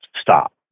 stop